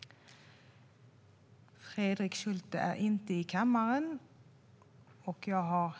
Tredje vice talmannen konstaterade att interpellanten inte var närvarande i kammaren och förklarade överläggningen avslutad.